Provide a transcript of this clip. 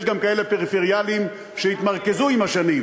יש גם כאלה פריפריאליים שהתמרכזו עם השנים,